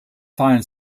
final